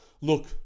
look